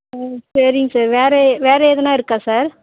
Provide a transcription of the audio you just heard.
ஆ சரிங்க சார் வேற வேற எதனால் இருக்கா சார்